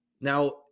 Now